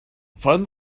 find